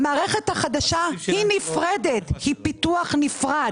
המערכת החדשה היא פיתוח נפרד.